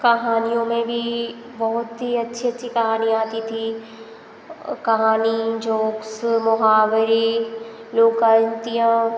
कहानियों में भी बहुत ही अच्छी अच्छी कहानी आती थी कहानी जोक्स मुहावरे लोकायतियाँ